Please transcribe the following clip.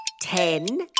ten